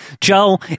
Joe